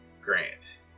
Grant